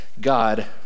God